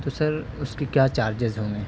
تو سر اس کے کیا چارجز ہوں گے